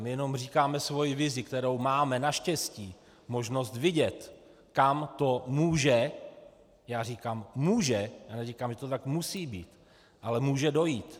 My jenom říkáme svoji vizi, kterou máme, naštěstí, možnost vidět, kam to může, já říkám může já neříkám, že to tak musí být ale může dojít.